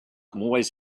always